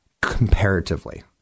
comparatively